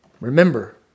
Remember